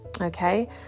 Okay